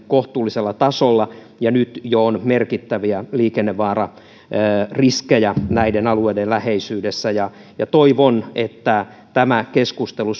kohtuullisella tasolla jo nyt on merkittäviä liikennevaarariskejä näiden alueiden läheisyydessä toivon että tämä keskustelu